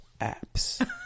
apps